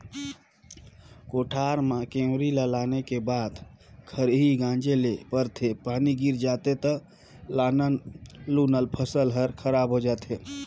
कोठार में कंवरी ल लाने के बाद खरही गांजे ले परथे, पानी गिर जाथे त लानल लुनल फसल हर खराब हो जाथे